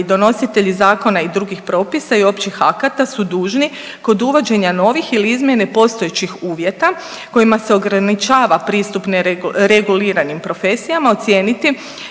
donositelji zakona i drugih propisa i općih akata su dužni kod uvođenja novih ili izmjene postojećih uvjeta kojima se ograničava pristup reguliranim profesijama ocijeniti